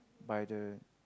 by the